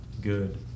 good